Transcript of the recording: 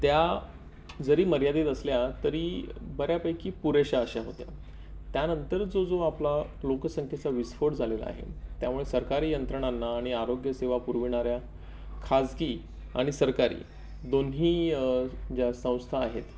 त्या जरी मर्यादित असल्या तरी बऱ्यापैकी पुरेशा अशा होत्या त्यानंतर जो जो आपला लोकसंख्येचा विस्फोट झालेला आहे त्यामुळे सरकारी यंत्रणांना आणि आरोग्यसेवा पुरविणाऱ्या खाजगी आणि सरकारी दोन्ही ज्या संस्था आहेत